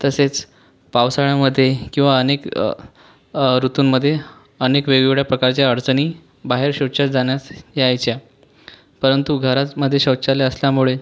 तसेच पावसाळ्यामध्ये किंवा अनेक ऋतूंमध्ये अनेक वेगवेगळ्या प्रकारच्या अडचनी बाहेर शौचास जाण्यास यायच्या परंतू घराचमधे शौचालय असल्यामुळे